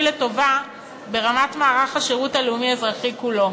לטובה ברמת מערך השירות הלאומי-אזרחי כולו.